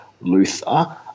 Luther